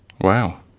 Wow